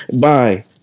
Bye